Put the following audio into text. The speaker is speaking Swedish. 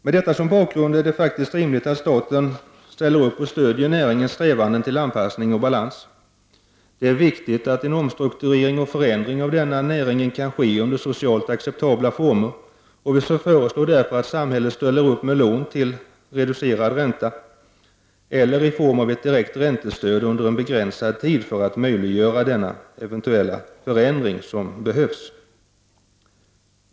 Med detta som bakgrund är det rimligt att staten ställer upp och stödjer näringens strävanden till anpassning och balans. Det är viktigt att en omstrukturering i denna näring kan ske under socialt acceptabla former. Vi föreslår därför att samhället ställer upp med lån till reducerad ränta eller i form av ett direkt räntestöd under en begränsad tid, för att möjliggöra den förändring som behövs.